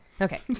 Okay